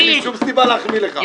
אין לי שום סיבה להחמיא לך.